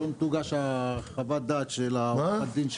היום תוגש חוות הדעת של עורכת הדין שלי.